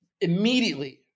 immediately